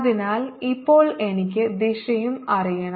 അതിനാൽ ഇപ്പോൾ എനിക്ക് ദിശയും അറിയണം